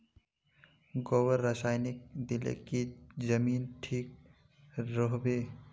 गोबर रासायनिक दिले की जमीन ठिक रोहबे?